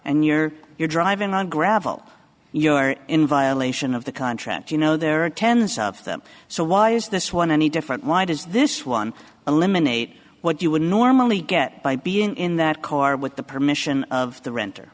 and you're you're driving on gravel you are in violation of the contract you know there are tens of them so why is this one any different why does this one eliminate what you would normally get by being in that car with the permission of the rent